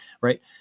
right